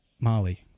Molly